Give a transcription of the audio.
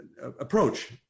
Approach